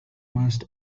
mast